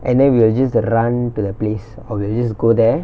and then we will just run to the place or we'll just go there